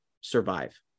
survive